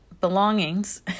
belongings